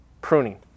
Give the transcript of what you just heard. pruning